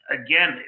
again